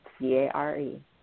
C-A-R-E